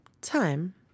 Time